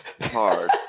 hard